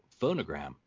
Phonogram